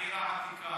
העיר העתיקה.